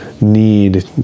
need